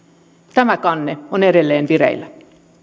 tämä kanne on edelleen vireillä